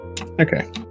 okay